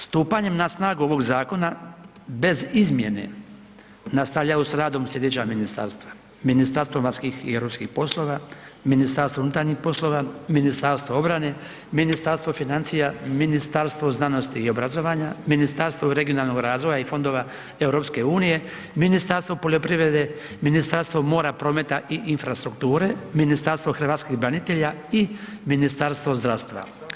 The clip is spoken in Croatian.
Stupanjem na snagu ovog zakona bez izmjene nastavljaju s radom slijedeća ministarstva: Ministarstvo vanjskih i europskih poslova, MUP, Ministarstvo obrane, Ministarstvo financija, Ministarstvo znanosti i obrazovanja, Ministarstvo regionalnog razvoja i fondova EU, Ministarstvo poljoprivrede, Ministarstvo mora, prometa i infrastrukture, Ministarstvo hrvatskih branitelja i Ministarstvo zdravstva.